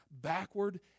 backward